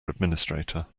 administrator